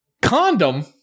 Condom